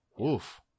Oof